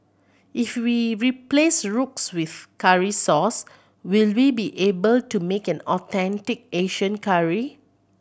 if we replace roux with curry sauce will we be able to make an authentic Asian curry